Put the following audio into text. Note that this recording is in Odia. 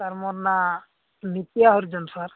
ସାର୍ ମୋ ନାଁ ନିତ୍ୟା ହରିଜନ ସାର୍